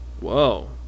Whoa